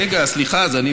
רגע, סליחה, אז אני